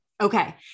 Okay